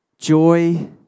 Joy